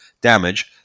damage